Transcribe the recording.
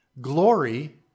Glory